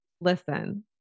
Listen